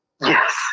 yes